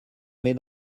met